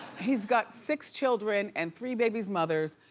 he's got six children and three baby's mothers,